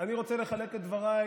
אני רוצה לחלק את דבריי